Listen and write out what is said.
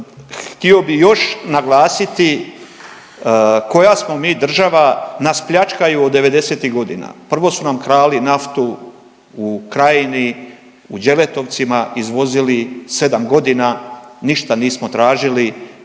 htio bih još naglasiti koja smo mi država, nas pljačkaju od devedesetih godina, prvo su nam krali naftu u Krajini u Đeletovcima izvozili sedam godina ništa nismo tražili